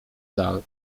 dal